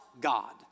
God